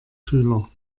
schüler